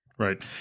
Right